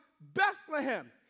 Bethlehem